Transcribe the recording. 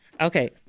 Okay